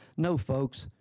no, folks.